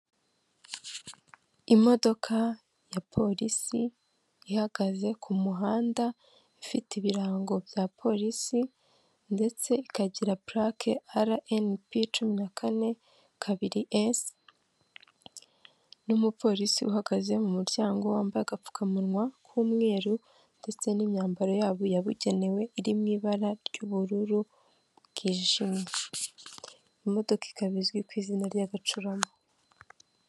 Imodoka ya polisi, ihagaze ku muhanda, ifite ibirango bya polisi ndetse ikagira purake RNP cumi na kane, kabiri esi n'umupolisi uhagaze mu muryango wambaye agapfukamunwa k'umweru ndetse n'imyambaro yabo yabugenewe iri mu ibara ry'ubururu bwijimye. Imodoka ikaba izwi ku izina ry'agacurama.